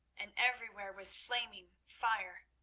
and everywhere was flaming fire.